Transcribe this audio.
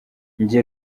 njye